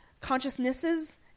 consciousnesses